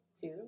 two